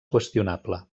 qüestionable